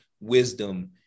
wisdom